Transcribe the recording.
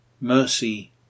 Mercy